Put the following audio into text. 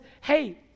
hey